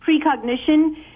precognition